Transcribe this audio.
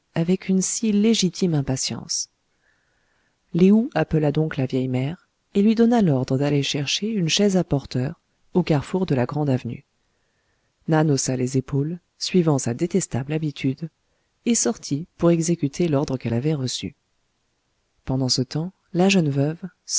avec une si légitime impatience lé ou appela donc la vieille mère et lui donna l'ordre d'aller chercher une chaise à porteurs au carrefour de la grande avenue nan haussa les épaules suivant sa détestable habitude et sortit pour exécuter l'ordre qu'elle avait reçu pendant ce temps la jeune veuve